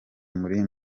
muri